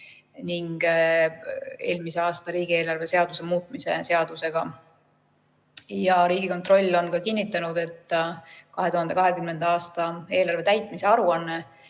ning eelmise aasta riigieelarve seaduse muutmise seadusega. Riigikontroll on kinnitanud, et 2020. aasta eelarve täitmise aruanne